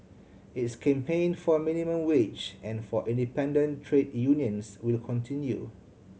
its campaign for minimum wage and for independent trade unions will continue